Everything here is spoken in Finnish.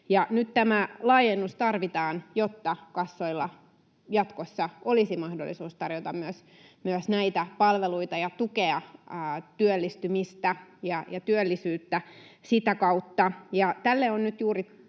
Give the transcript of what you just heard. Nyt tämä laajennus tarvitaan, jotta kassoilla jatkossa olisi mahdollisuus tarjota myös näitä palveluita ja tukea työllistymistä ja työllisyyttä sitä kautta.